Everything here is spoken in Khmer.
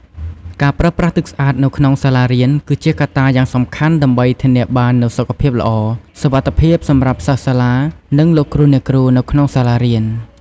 ការប្រើប្រាស់ទឹកសា្អតនៅក្នុងសាលារៀនគឺជាកត្តាយ៉ាងសំខាន់ដើម្បីធានាបាននូវសុខភាពល្អ សុវត្ថិភាពសម្រាប់សិស្សសាលានិងលោកគ្រូអ្នកគ្រូនៅក្នុងសាលារៀន។